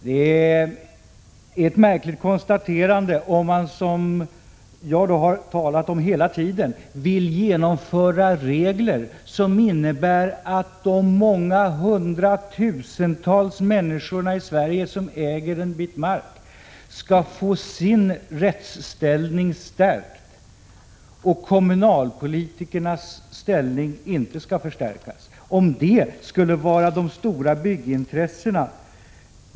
Det är ett märkligt konstaterande — jag har ju hela tiden talat om att jag vill genomföra regler som innebär att de många hundratusentals människorna i Sverige som äger en bit mark skall få sin rättsställning stärkt och att kommunalpolitikernas ställning inte skall förstärkas. Skulle det vara de stora byggintressena?